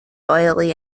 oily